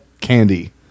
candy